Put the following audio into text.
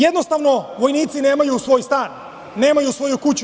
Jednostavno vojnici nemaju svoj stan, nemaju svoju kuću.